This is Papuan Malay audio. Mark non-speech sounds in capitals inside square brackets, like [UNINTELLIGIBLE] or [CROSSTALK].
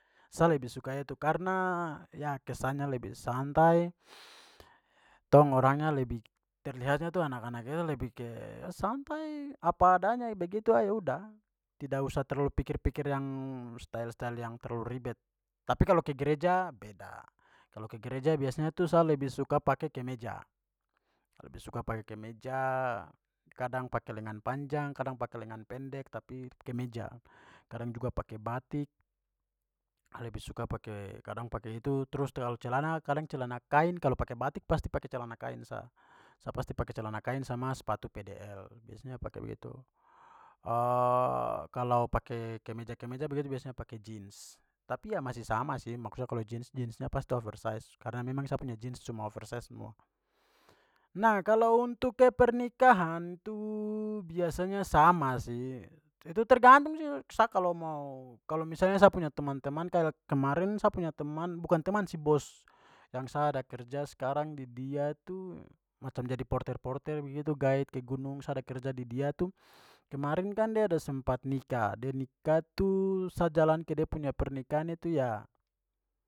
Sa lebih suka itu karena ya kesannya lebih santai [NOISE] tong orangnya lebih terlihatnya itu anak-anak itu lebih ke santai ada adanya begitu aja sudah tidak usah terlalu pikir-pikir yang style-style yang terlalu ribet. Tapi kalau ke gereja beda. Kalau ke gereja biasanya tu sa lebih suka pake kemeja- lebih suka pake kemeja, kadang pake lengan panjang kadang pake lengan pendek tapi kemeja. Kadang juga pake batik sa lebih suka pake- kadang pake itu. Trus kalo celana kadang celana kain. Kalo pake batik pasti pake celana kain sa. Sa pasti pake celana kain sama sepatu pdl. Biasanya pake begitu. [HESITATION] kalau pake kemeja-kemeja begitu biasanya pake jeans. Tapi ya masih sama sih, maksudnya kalau jeans, jeansnya pasti oversized karena memang sa punya jeans cuma oversized semua. Nah, kalo untuk ke pernikahan tu biasanya sama sih. Itu tergantung sih. Sa kalo mau, kalo misalnya sa punya teman-teman [UNINTELLIGIBLE] kemarin sa punya teman, bukan teman sih, bos, yang sa ada kerja sekarang di dia tu macam jadi porter-porter begitu, guide ke gunung, sa ada kerja di dia tu, kemarin kan dia ada sempat nikah, dia nikah tu sa jalan ke de punya pernikahan itu ya.